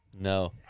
No